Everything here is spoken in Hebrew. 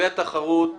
התחרות,